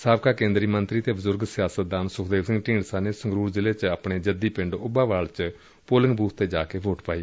ਸਾਬਕਾ ਕੇਂਦਰੀ ਮੰਤਰੀ ਅਤੇ ਬਜੁਰਗ ਸਿਆਸਤਦਾਨ ਸੁਖਦੇਵ ਸਿੰਘ ਢੀਂਡਸਾ ਨੇ ਸੰਗਰੁਰ ਜ਼ਿਲ੍ਜੇ ਚ ਆਪਣੇ ਜੱਦੀ ਪਿੰਡ ਉੱਭਾਵਾਲ ਵਿਚ ਪੋਲਿੰਗ ਬੁਥ ਤੇ ਵੋਟ ਪਾਈ